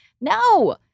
No